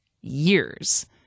years